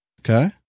okay